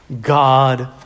God